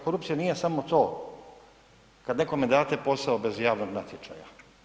Korupcija nije samo to kad nekome date posao bez javnog natječaja.